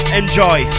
enjoy